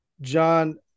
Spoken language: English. john